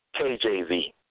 KJV